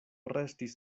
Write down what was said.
restis